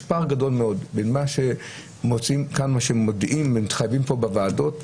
יש פער גדול מאוד בין מה שמודיעים כאן ומתחייבים פה בוועדות,